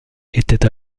étaient